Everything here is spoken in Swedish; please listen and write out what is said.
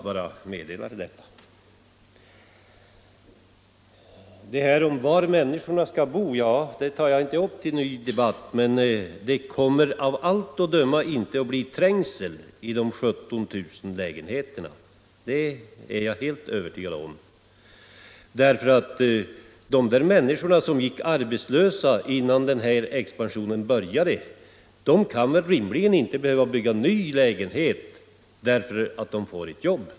Frågan om var människorna skall bo tar jag inte upp till ny debatt, men det kommer av allt att döma inte att bli trängsel i de 17 000 lägenheterna. Det är jag helt övertygad om därför att de människor som gick arbetslösa före denna expansion, de kan väl rimligen inte behöva byta lägenhet därför att de får ett jobb.